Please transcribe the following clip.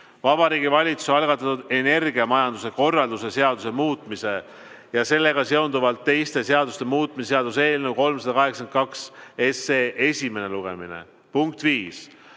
Vabariigi Valitsuse algatatud energiamajanduse korralduse seaduse muutmise ja sellega seonduvalt teiste seaduste muutmise seaduse eelnõu 382 esimene lugemine. Punkt viis,